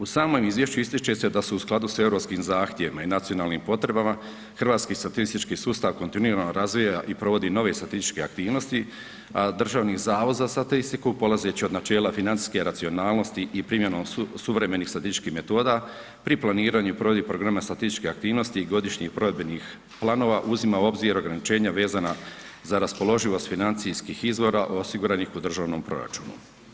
U samom izvješću ističe se da su u skladu sa europskim zahtjevima i nacionalnim potrebama, hrvatski statistički sustav kontinuirano razvoja i provodi nove statističke aktivnosti a Državni zavod za statistiku polazeći od načela financijske racionalnosti i primjenom suvremenih statističkih metoda pri planiranju i provedbi programa statističke aktivnosti i godišnjih provedbenih planova uzima u obzir ograničenja vezana za raspoloživost financijskih izvora osiguranih u državnom proračunu.